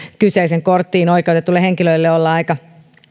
kyseiseen korttiin oikeutetuille henkilöille olla aika